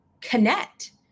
connect